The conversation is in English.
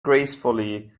gracefully